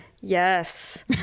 yes